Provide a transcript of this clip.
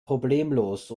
problemlos